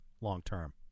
long-term